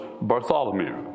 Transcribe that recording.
Bartholomew